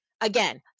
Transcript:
again